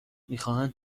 میخواهند